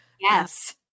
Yes